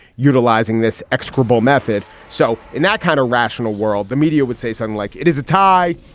utilizing this execrable method. so in that kind of rational world, the media would say something like it is a tie.